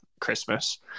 Christmas